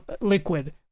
liquid